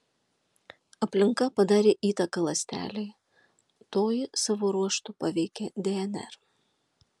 aplinka padarė įtaką ląstelei toji savo ruožtu paveikė dnr